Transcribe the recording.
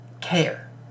care